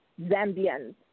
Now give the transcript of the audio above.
Zambians